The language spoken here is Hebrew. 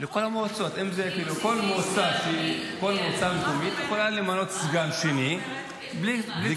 אם מוסיפים סגן ללא עלות, יש בזה